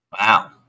Wow